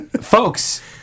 Folks